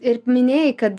ir minėjai kad